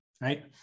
right